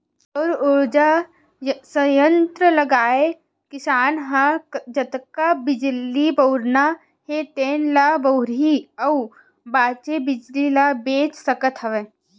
सउर उरजा संयत्र लगाए किसान ह जतका बिजली बउरना हे तेन ल बउरही अउ बाचे बिजली ल बेच सकत हवय